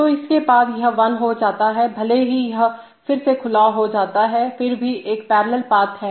तो इसके बाद यह वन हो जाता है भले ही यह फिर से खुला हो जाता है फिर भी एक पैरेलल पाथ है